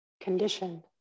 conditioned